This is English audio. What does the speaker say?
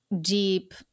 deep